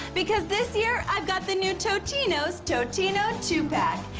because this year i've got the new totino totino two-pack.